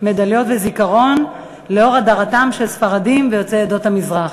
ומדליות זיכרון לנוכח הדרתם של ספרדים ויוצאי עדות המזרח.